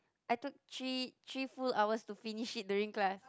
I took three three full hours to finish it during class